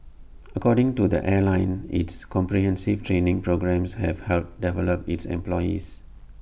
according to the airline its comprehensive training programmes have helped develop its employees